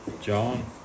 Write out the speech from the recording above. John